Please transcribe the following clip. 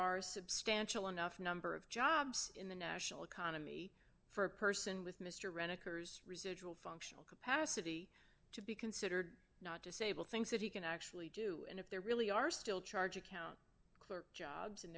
are substantial enough number of jobs in the national economy for a person with mr wrenn occurs residual functional capacity to be considered not disable things that he can actually do and if there really are still charge account clerk jobs and